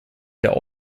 der